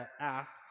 ask